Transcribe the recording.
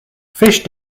fish